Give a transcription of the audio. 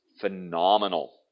phenomenal